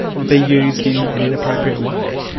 be used in an inappropriate way.